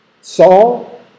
Saul